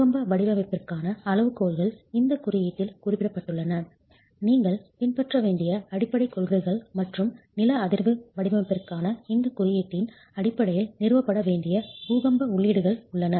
பூகம்ப வடிவமைப்பிற்கான அளவுகோல்கள் இந்த குறியீட்டில் குறிப்பிடப்பட்டுள்ளன நீங்கள் பின்பற்ற வேண்டிய அடிப்படைக் கொள்கைகள் மற்றும் நில அதிர்வு வடிவமைப்பிற்கான இந்த குறியீட்டின் அடிப்படையில் நிறுவப்பட வேண்டிய பூகம்ப உள்ளீடுகள் உள்ளன